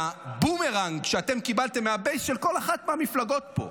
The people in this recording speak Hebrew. והבומרנג שאתם קיבלתם מהבייס של כל אחת מהמפלגות פה,